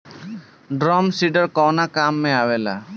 Drum seeder कवने काम में आवेला?